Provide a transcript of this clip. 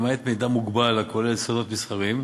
למעט מידע מוגבל הכולל סודות מסחריים.